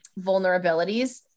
vulnerabilities